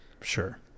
sure